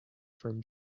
from